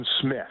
Smith